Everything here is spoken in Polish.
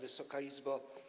Wysoka Izbo!